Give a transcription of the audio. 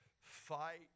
fight